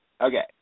Okay